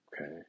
Okay